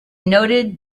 noted